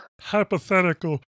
Hypothetical